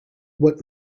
what